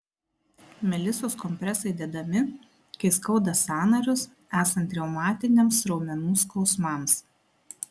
melisos kompresai dedami kai skauda sąnarius esant reumatiniams raumenų skausmams